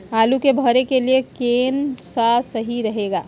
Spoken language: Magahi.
आलू के भरे के लिए केन सा और सही रहेगा?